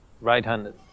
Right-handed